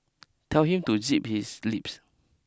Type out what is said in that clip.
tell him to zip his lips